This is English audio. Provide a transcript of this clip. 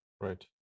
Right